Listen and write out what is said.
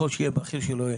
בכיר ככל שיהיה.